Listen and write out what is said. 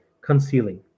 concealing